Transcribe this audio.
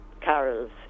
carols